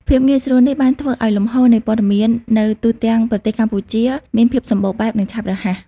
ភាពងាយស្រួលនេះបានធ្វើឱ្យលំហូរនៃព័ត៌មាននៅទូទាំងប្រទេសកម្ពុជាមានភាពសម្បូរបែប និងឆាប់រហ័ស។